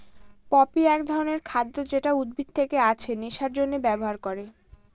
poppy এক ধরনের খাদ্য যেটা উদ্ভিদ থেকে আছে নেশার জন্যে ব্যবহার করে